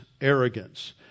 arrogance